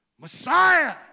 Messiah